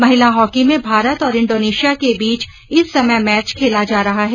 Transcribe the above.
महिला हॉकी में भारत और इंडोनेशिया के बीच इस समय मैच खेला जा रहा है